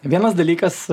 vienas dalykas